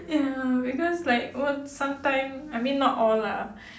ya because like one sometime I mean like not all lah